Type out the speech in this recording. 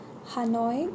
hanoi